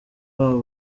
babo